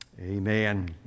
Amen